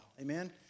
Amen